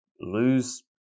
lose